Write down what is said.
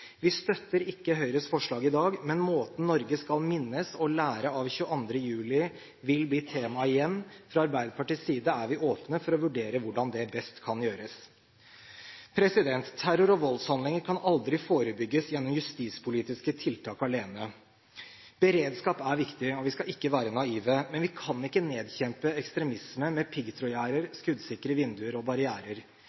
Vi støtter ikke Høyres forslag i dag, men måten Norge skal minnes og lære av 22. juli vil bli tema igjen, og fra Arbeiderpartiets side er vi åpne for å vurdere hvordan det best kan gjøres. Terror og voldshandlinger kan aldri forebygges gjennom justispolitiske tiltak alene. Beredskap er viktig, og vi skal ikke være naive. Men vi kan ikke nedkjempe ekstremisme med